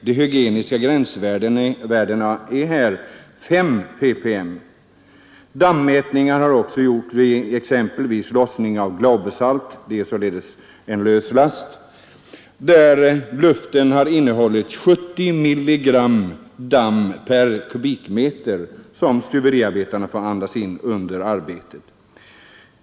Det hygieniska gränsvärdet är här 5 ppm. Dammätningar har gjorts, t.ex. vid lossning av glaubersalt — således en lös last — där luften har innehållit 70 milligram damm per kubikmeter, som stuveriarbetarna får andas in under arbetet.